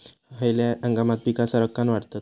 खयल्या हंगामात पीका सरक्कान वाढतत?